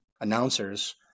announcers